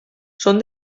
són